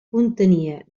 contenia